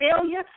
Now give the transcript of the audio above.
failure